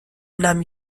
nahm